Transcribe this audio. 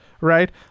right